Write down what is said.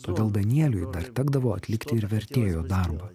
todėl danieliui dar tekdavo atlikti ir vertėjo darbą